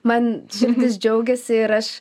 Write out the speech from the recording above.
man širdis džiaugiasi ir aš